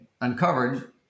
uncovered